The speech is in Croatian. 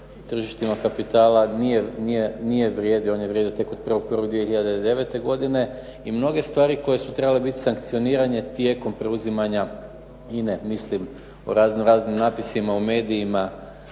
tržištima kapitala nije vrijedio, on je vrijedio tek od 1.1.2009. godine i mnoge stvari koje su trebale biti sankcionirane tijekom preuzimanja INA-e, mislim u razno raznim napisima u medijima